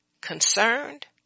concerned